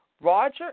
Roger